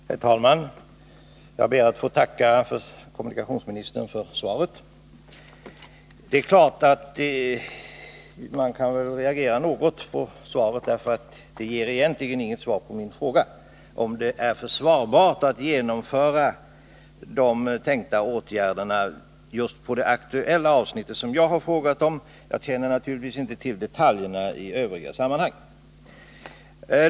Herr talman! Jag ber att få tacka kommunikationsministern för svaret, som dock egentligen inte är något svar på min fråga, om det är försvarbart att genomföra de tänkta åtgärderna just på det avsnitt som jag har tagit upp.